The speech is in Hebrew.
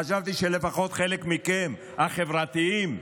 חשבתי שלפחות חלק מכם, החברתיים,